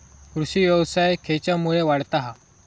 कृषीव्यवसाय खेच्यामुळे वाढता हा?